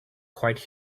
quite